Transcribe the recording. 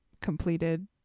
completed